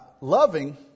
loving